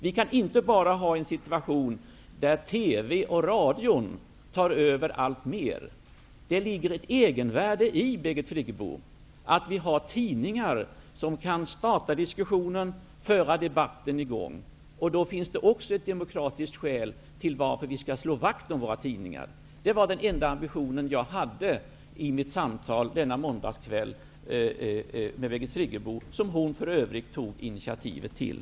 Vi kan inte acceptera en situation där TV och radio tar över alltmer. Birgit Friggebo, det ligger ett egenvärde i att det finns tidningar som kan starta diskussioner och hålla debatten i gång. Då finns det också ett demokratiskt skäl till att vi skall slå vakt om våra tidningar. Det var den enda ambition som jag hade under mitt samtal med Birgit Friggebo denna måndagskväll, som hon för övrigt tog initiativet till.